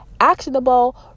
actionable